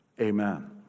Amen